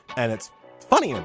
and it's funny. and